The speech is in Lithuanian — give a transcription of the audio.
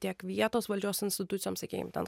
tiek vietos valdžios institucijom sakykim ten